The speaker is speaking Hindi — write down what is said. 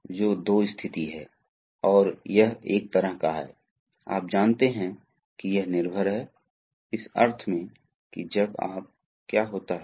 किसका काम प्रवाह की दिशा को नियंत्रित करना है इसलिए वह किस तरफ बढ़ेगा क्या यह आगे बढ़ेगा यह प्रवाह की दिशा है क्योंकि प्रवाह की दिशा गति की दिशा से बहुत संबंधित है